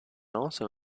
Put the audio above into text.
also